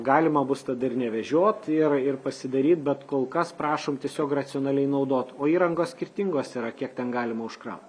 galima bus tada ir nevežiot ir ir pasidaryt bet kol kas prašom tiesiog racionaliai naudot o įrangos skirtingos yra kiek ten galima užkraut